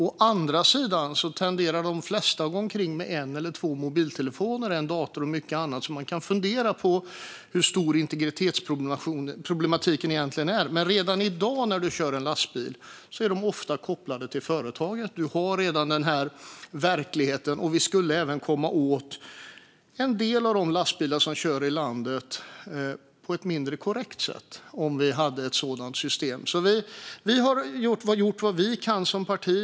Å andra sidan tenderar de flesta att gå omkring med en eller två mobiltelefoner, en dator och mycket annat. Man kan alltså fundera på hur stor integritetsproblematiken egentligen är. Men lastbilar är redan i dag ofta kopplade till företaget. Man har redan den verkligheten. Med ett sådant system skulle vi också komma åt en del av de lastbilar som kör i landet på ett mindre korrekt sätt. Vi har gjort vad vi kan som parti.